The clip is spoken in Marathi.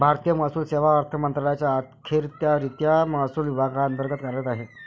भारतीय महसूल सेवा अर्थ मंत्रालयाच्या अखत्यारीतील महसूल विभागांतर्गत कार्यरत आहे